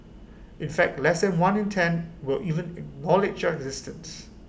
in fact less than one in ten will even knowledge your existence